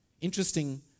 Interesting